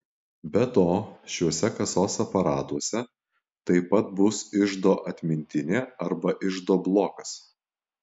be to šiuose kasos aparatuose taip pat bus iždo atmintinė arba iždo blokas